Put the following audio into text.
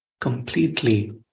completely